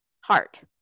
Heart